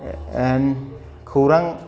खौरां